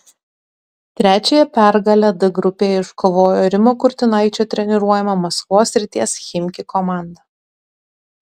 trečiąją pergalę d grupėje iškovojo rimo kurtinaičio treniruojama maskvos srities chimki komanda